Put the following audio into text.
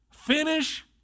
finish